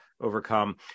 overcome